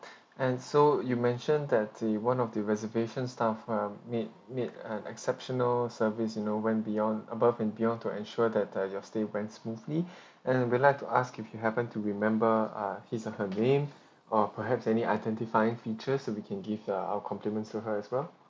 and so you mentioned that the one of the reservations staff uh made made an exceptional service you know went beyond above and beyond to ensure that uh your stay went smoothly and we'll like to ask if you happen to remember uh his or her name or perhaps any identifying features so we can give err our complements to her as well